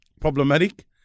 problematic